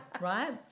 right